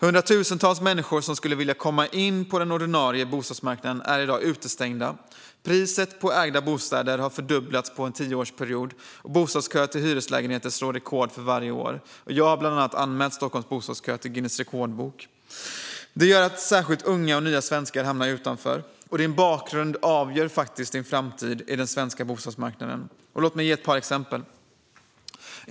Hundratusentals människor som skulle vilja komma in på den ordinarie bostadsmarknaden är i dag utestängda. Priset på ägda bostäder har fördubblats under en tioårsperiod, och bostadsköerna till hyreslägenheter slår rekord för varje år; jag har anmält Stockholms bostadskö till Guinness rekordbok. Detta gör att särskilt unga och nya svenskar hamnar utanför. Din bakgrund avgör faktiskt din framtid på den svenska bostadsmarknaden. Låt mig ge ett par exempel.